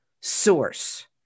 source